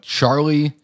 Charlie